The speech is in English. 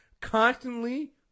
constantly